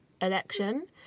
election